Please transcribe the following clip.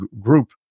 group